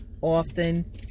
Often